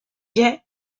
gay